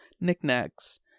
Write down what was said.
knickknacks